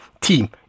Team